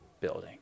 building